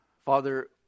Father